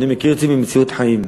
אני מכיר את זה ממציאות חיים.